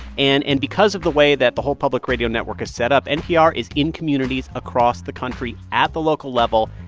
and and because of the way that the whole public radio network is set up, npr is in communities across the country at the local level,